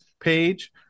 page